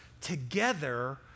together